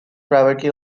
privately